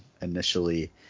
initially